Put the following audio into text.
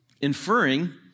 inferring